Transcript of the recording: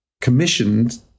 commissioned